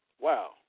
wow